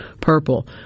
purple